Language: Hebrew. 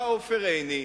בא עופר עיני,